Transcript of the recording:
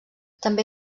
també